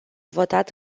votat